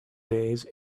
days